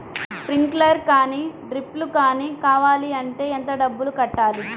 Sprinkler కానీ డ్రిప్లు కాని కావాలి అంటే ఎంత డబ్బులు కట్టాలి?